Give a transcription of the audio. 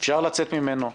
אפשר לצאת ממנו.